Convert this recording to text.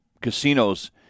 casinos